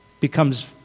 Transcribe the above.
becomes